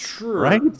right